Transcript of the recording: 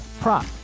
prop